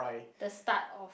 the start of